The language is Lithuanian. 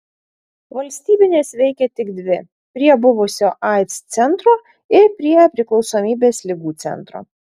valstybinės veikė tik dvi prie buvusio aids centro ir prie priklausomybės ligų centro